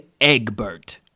Egbert